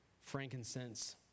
frankincense